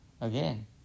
again